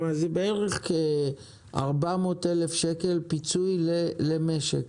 כלומר, זה בערך 400 אלף שקל פיצוי למשק